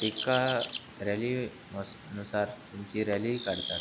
एका रॅली मस नुसार त्यांची रॅलीही काढतात